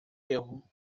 erro